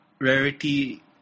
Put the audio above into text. Rarity